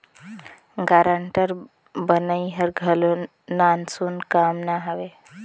guarantor बनई हर घलो नानसुन काम ना हवे